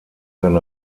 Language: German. kann